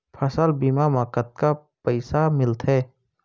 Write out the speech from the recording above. फसल बीमा म कतका पइसा मिलथे?